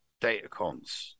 datacons